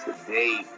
today